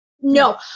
No